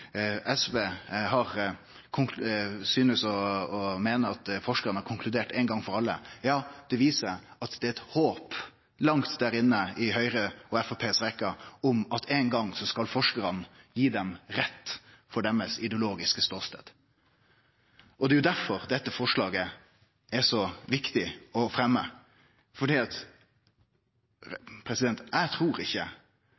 det er eit håp, langt der inne i Høgre og Framstegspartiets rekkjer, om at forskarane ein gong skal gi dei rett i deira ideologiske ståstad. Det er derfor dette forslaget er så viktig å fremje, fordi eg trur rett og slett at